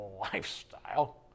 lifestyle